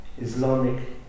Islamic